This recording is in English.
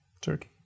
Turkey